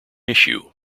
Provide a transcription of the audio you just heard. issue